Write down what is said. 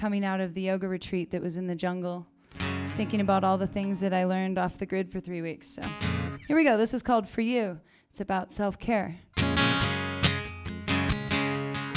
coming out of the ogre retreat that was in the jungle thinking about all the things that i learned off the grid for three weeks ago this is called for you it's about self care